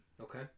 okay